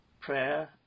prayer